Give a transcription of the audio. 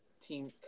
team